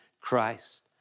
Christ